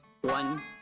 one